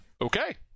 Okay